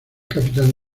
capitán